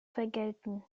vergelten